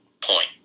point